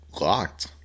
locked